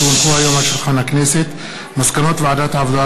כי הונחו היום על שולחן הכנסת מסקנות ועדת העבודה,